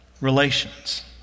relations